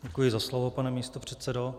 Děkuji za slovo, pane místopředsedo.